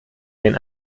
den